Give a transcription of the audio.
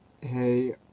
Hey